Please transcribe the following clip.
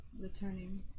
returning